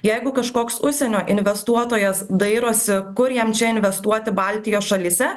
jeigu kažkoks užsienio investuotojas dairosi kur jam čia investuoti baltijos šalyse